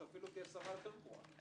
שתהיה שרה אפילו יותר גרועה.